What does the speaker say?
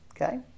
Okay